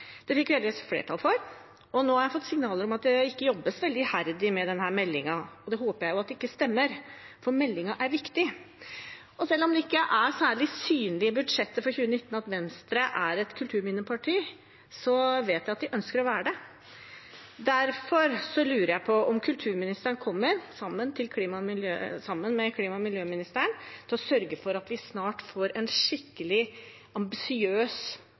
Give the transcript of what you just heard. Det fikk vi heldigvis flertall for. Nå har jeg fått signaler om at det ikke jobbes veldig iherdig med denne meldingen. Det håper jeg ikke stemmer, for meldingen er viktig. Og selv om det ikke er særlig synlig i budsjettet for 2019 at Venstre er et kulturminneparti, vet jeg at de ønsker å være det. Derfor lurer jeg på om kulturministeren kommer til, sammen med klima- og miljøministeren, å sørge for at vi snart får en skikkelig ambisiøs